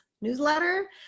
Newsletter